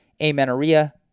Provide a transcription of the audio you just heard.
Amenorrhea